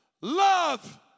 love